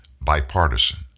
bipartisan